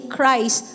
Christ